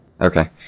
Okay